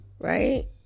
right